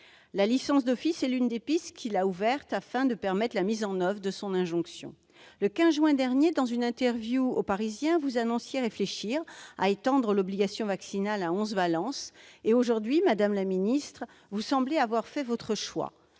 La licence d'office est l'une des pistes qu'il a ouvertes en vue de la mise en oeuvre de cette injonction. Le 15 juin dernier, dans une interview au, vous annonciez réfléchir à étendre l'obligation vaccinale à onze valences. Aujourd'hui, madame la ministre, vous semblez avoir fait votre choix.